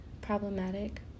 problematic